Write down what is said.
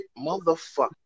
motherfucker